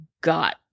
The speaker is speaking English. got